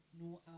no